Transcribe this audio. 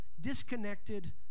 Disconnected